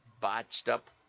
botched-up